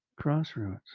crossroads